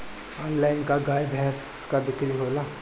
Online का गाय भैंस क बिक्री होला?